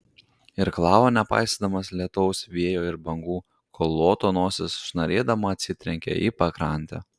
irklavo nepaisydamas lietaus vėjo ir bangų kol luoto nosis šnarėdama atsitrenkė į pakrantę